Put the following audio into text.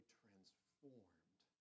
transformed